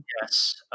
yes